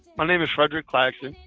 my name is fredrick claxton,